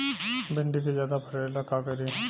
भिंडी के ज्यादा फरेला का करी?